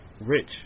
rich